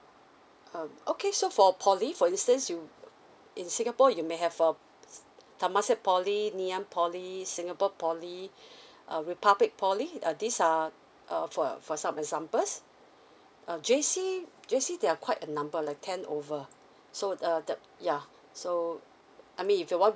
uh okay so for poly for instance you in singapore you may have err temasek poly niam poly singapore poly uh republic poly uh these are uh for for some examples uh J_C J_C there are quite a number like ten over so err the ya so I mean if you want